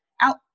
out